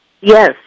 Yes